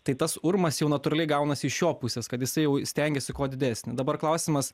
tai tas urmas jau natūraliai gaunasi iš jo pusės kad jisai jau stengiasi kuo didesnį dabar klausimas